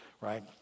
right